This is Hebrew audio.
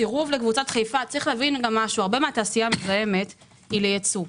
הרבה מהתעשייה המזהמת היא לייצוא.